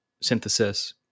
synthesis